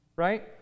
Right